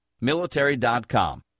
Military.com